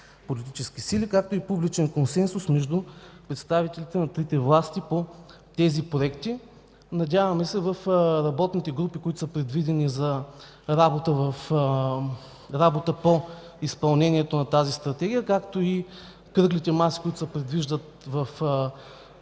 политически сили, както и публичен консенсус между представителите на трите власти по основни цели и дейности от тези проекти. Надяваме се в работните групи, предвидени за работа по изпълнението на тази Стратегия, както и кръглите маси, предвиждани в